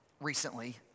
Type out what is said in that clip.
recently